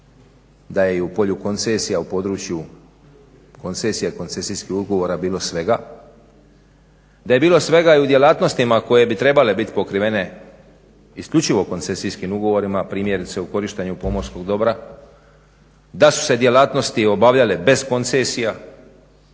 da je i u polju koncesija u području koncesija i koncesijskih ugovora bilo svega, da je bilo svega i u djelatnostima koje bi trebale biti pokrivene isključivo koncesijskim ugovorima primjerice u korištenju pomorskog dobra, da su se djelatnosti obavljale bez koncesija